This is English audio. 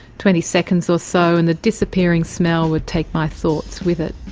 twenty seconds or so and the disappearing smell would take my thoughts with it.